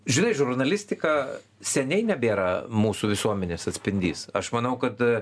žinai žurnalistika seniai nebėra mūsų visuomenės atspindys aš manau kad